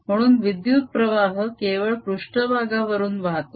म्हणून विद्युत प्रवाह केवळ पृष्ट्भागावरून वाहतो